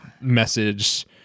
message